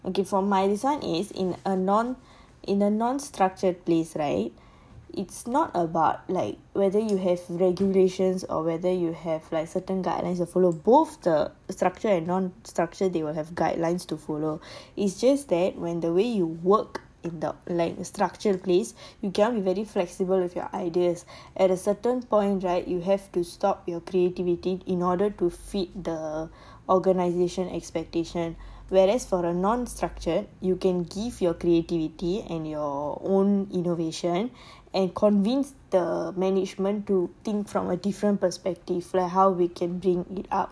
okay for my reason is in a non in a non structured place right it's not about like whether you have regulations or whether you have like certain guidelines to follow both the structure and non structure they will have guidelines to follow its just that when the way you work in the like strucutre place you cannot be very flexible with your ideas at a certain point right you have to stop your creativity in order to fit the organisation expectation whereas for a non structure you can give your creativity and your own innovation and convince the management to think from a different perspective like how we can bring it up